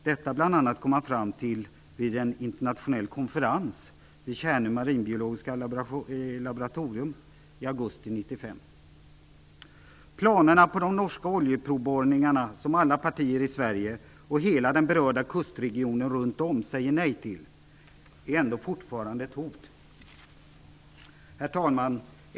Bl.a. detta kom man fram till vid en internationell konferens vid Kärnö marinbiologiska laboratorium i augusti 1995. Planerna på de norska oljeprovborrningarna, som alla partier i Sverige och hela den berörda kustregionen runt om säger nej till, är ändå fortfarande ett hot. Herr talman!